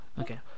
okay